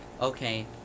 okay